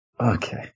Okay